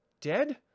Dead